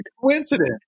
coincidence